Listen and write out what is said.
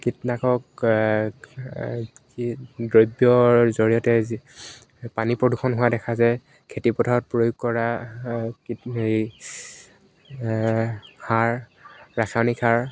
কীটনাশক দ্ৰব্যৰ জৰিয়তে পানী প্ৰদূষণ হোৱা দেখা যায় খেতি পথাৰত প্ৰয়োগ কৰা সাৰ ৰাসায়নিক সাৰ